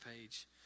page